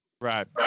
Right